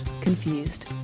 Confused